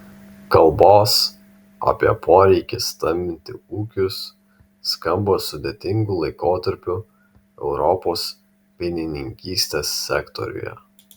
kalbos apie poreikį stambinti ūkius skamba sudėtingu laikotarpiu europos pienininkystės sektoriuje